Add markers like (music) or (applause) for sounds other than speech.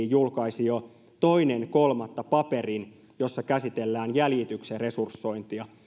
(unintelligible) julkaisi jo toinen kolmatta paperin jossa käsitellään jäljityksen resursointia